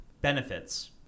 benefits